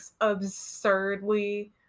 Absurdly